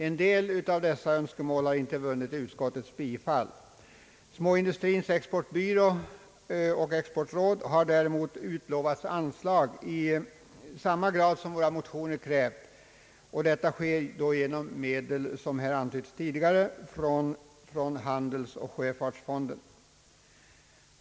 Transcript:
En del av dessa önskemål har inte vunnit utskottets bifall. Småindustrins exportbyrå och Småindustrins exportråd har däremot utlovats anslag av samma storleksordning som vår motion krävt. Detta sker, som antytts tidigare, genom medel från handelsoch sjöfartsfonden.